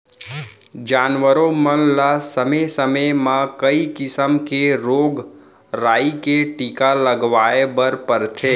जानवरों मन ल समे समे म कई किसम के रोग राई के टीका लगवाए बर परथे